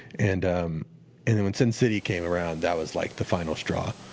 and um and and when sin city came around, that was like the final straw.